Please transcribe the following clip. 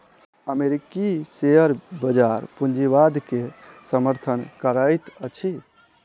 अमेरिकी शेयर बजार पूंजीवाद के समर्थन करैत अछि